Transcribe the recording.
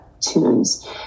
tunes